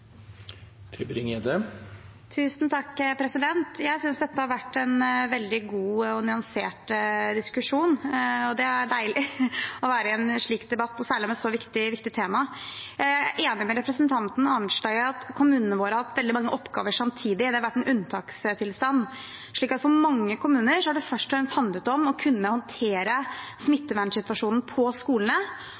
å være i en slik debatt, særlig om et så viktig tema. Jeg er enig med representanten Arnstad i at kommunene våre har hatt veldig mange oppgaver samtidig. Det har vært en unntakstilstand, og for mange kommuner har det først og fremst handlet om å kunne håndtere smittevernsituasjonen på skolene.